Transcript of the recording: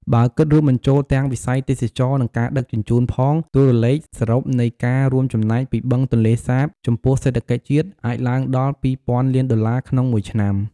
បើគិតរួមបញ្ចូលទាំងវិស័យទេសចរណ៍ និងការដឹកជញ្ជូនផង តួលេខសរុបនៃការរួមចំណែកពីបឹងទន្លេសាបចំពោះសេដ្ឋកិច្ចជាតិអាចឡើងដល់ ២ ពាន់លានដុល្លារក្នុងមួយឆ្នាំ។